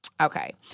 okay